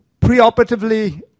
preoperatively